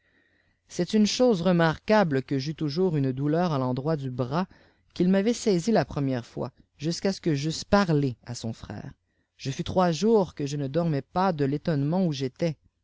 c'est uiyc chose remarquable fjue j'eus toujours une douleur à j'eridrojt du bras qu'il m'avait saisi la première fois jusqu'à ce que j'eusse parle à son frère jôfus rois jours que je ne dormais pas de rétbnncmènt ou j'étais